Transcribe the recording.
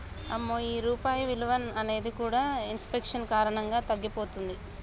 అమ్మో ఈ రూపాయి విలువ అనేది కూడా ఇన్ఫెక్షన్ కారణంగా తగ్గిపోతుంది